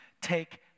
take